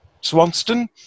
Swanston